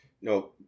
no